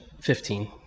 Fifteen